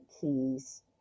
keys